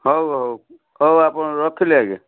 ହଉ ହଉ ହଉ ଆପଣ ରଖିଲି ଆଜ୍ଞା